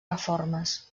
reformes